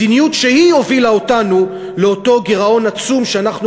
מדיניות שהובילה אותנו לאותו גירעון עצום שאנחנו